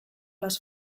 les